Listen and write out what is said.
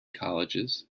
colleges